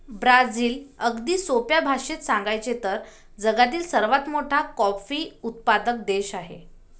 Brazil, अगदी सोप्या भाषेत सांगायचे तर, जगातील सर्वात मोठा कॉफी उत्पादक देश आहे